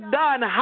done